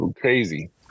crazy